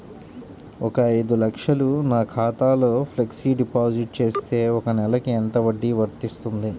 ఒక ఐదు లక్షలు నా ఖాతాలో ఫ్లెక్సీ డిపాజిట్ చేస్తే ఒక నెలకి ఎంత వడ్డీ వర్తిస్తుంది?